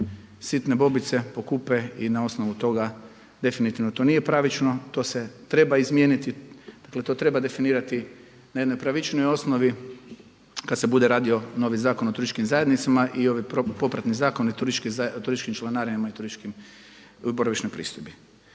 sitne bobice, pokupe i na osnovu toga definitivno to nije pravično, to se treba izmijeniti, dakle to treba definirati na jednoj pravičnijoj osnovi kada se bude radio novi Zakon o turističkim zajednicama i ovi popratni zakoni o turističkim članarinama i o boravišnoj pristojbi.